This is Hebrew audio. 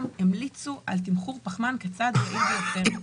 המליצו על תמחור פחמן כצעד היעיל ביותר.